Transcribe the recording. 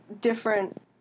different